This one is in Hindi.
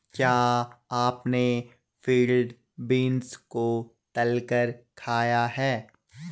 क्या आपने फील्ड बीन्स को तलकर खाया है?